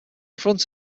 front